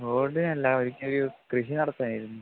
ഗോൾഡിനല്ല എനിക്കൊരു കൃഷി നടത്താനായിരുന്നു